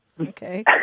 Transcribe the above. Okay